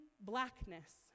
blackness